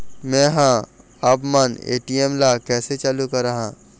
मैं हर आपमन ए.टी.एम ला कैसे चालू कराहां?